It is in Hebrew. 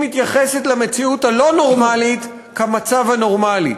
היא מתייחסת למציאות הלא-נורמלית כמצב הנורמלי.